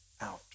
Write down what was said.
out